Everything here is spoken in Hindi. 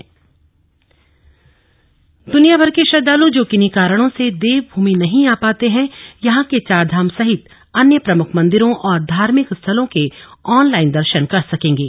देवमूमि डिजीटल प्लेटफॉर्म दुनियाभर के श्रद्धालु जो किन्हीं कारणों से देवभूमि नहीं आ पाते हैं यहां के चारधाम सहित अन्य प्रमुख मंदिरों और धार्मिक स्थलों के ऑनलाइन दर्शन कर सकेंगे